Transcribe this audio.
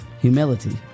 humility